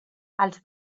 els